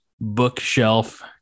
bookshelf